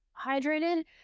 hydrated